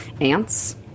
Ants